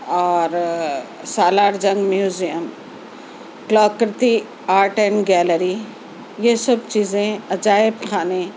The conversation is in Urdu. اور Salar Jung museum Kalakriti art and gallery یہ سب چیزیں عجائب خانے